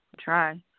try